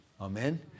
amen